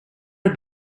are